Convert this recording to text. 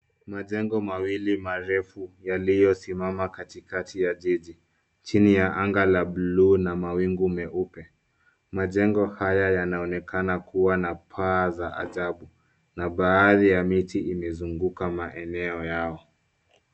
Majengo mawili marefu yaliyo simama katikati ya jiji chini ya anga la buluu na mawingu meupe. Majengo haya yanaonekana kuwa na paa za ajabu na baadhi ya miti imezuguka maeneo yao.